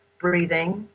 breathing,